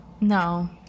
No